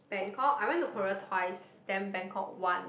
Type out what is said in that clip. Bangkok I went to Korea twice then Bangkok once